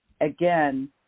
again